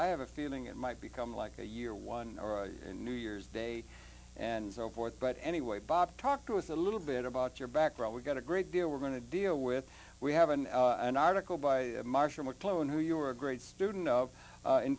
i have a feeling it might become like a year one and new year's day and so forth but anyway bob talk to us a little bit about your background we've got a great deal we're going to deal with we have an an article by marshall mcluhan who you are a great student